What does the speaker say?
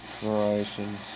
variations